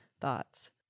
thoughts